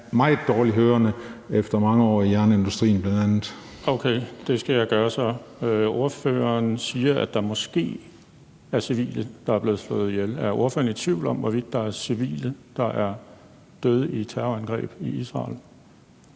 meget dårligt hørende efter bl.a. mange år i jernindustrien). Okay, det skal jeg gøre så. Ordføreren siger, at der måske er civile, der er blevet slået ihjel. Er ordføreren i tvivl om, hvorvidt der er civile, der er døde i terrorangreb i Israel?